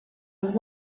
with